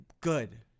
Good